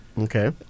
Okay